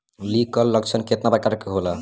Leaf curl लक्षण केतना परकार के होला?